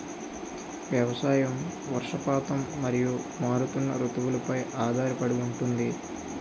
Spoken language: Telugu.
వ్యవసాయం వర్షపాతం మరియు మారుతున్న రుతువులపై ఆధారపడి ఉంటుంది